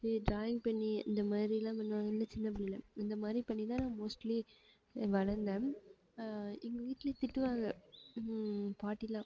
drawing பண்ணி இந்தமாதிரியெல்லாம் பண்ணவாங்கல சின்னப்பிள்ளல இந்த மாதிரி பண்ணித்தான் நான் மோஸ்ட்லி வளர்ந்தேன் எங்கள் வீட்டில் திட்டுவாங்க பாட்டிலாம்